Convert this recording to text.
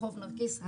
ברחוב נרקיס,